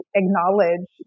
acknowledge